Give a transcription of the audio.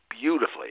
beautifully